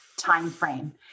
timeframe